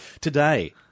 Today